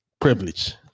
Privilege